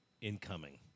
incoming